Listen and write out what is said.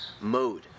mode